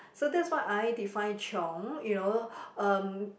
so that's what I define chiong you know um